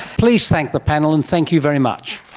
please thank the panel, and thank you very much.